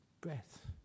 breath